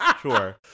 sure